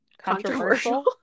controversial